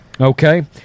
Okay